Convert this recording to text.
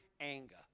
anger